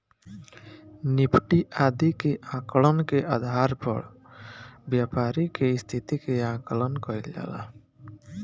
Nifty आदि के आंकड़न के आधार पर व्यापारि के स्थिति के आकलन कईल जाला